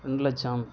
ரெண்டு லட்சம்